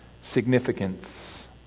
significance